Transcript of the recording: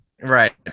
Right